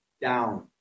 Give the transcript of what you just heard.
down